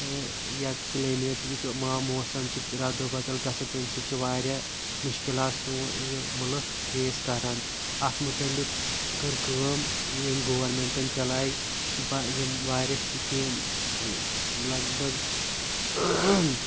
یا کٕلَیمیٹ چھِ یہِ چھِ ما موسَم چھِ رَدو بَدَل گَژھان تمہِ سۭتۍ چھِ وارِیاہ مُشکِلات سون یہِ مُلک فیس کَران اَتھ مُتعلِق کٔر کٲم یٔمۍ گورمِیٚنٹَن چَلایہِ یِم وارِیاہ سِکیمہٕ لَگ بگ